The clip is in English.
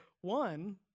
One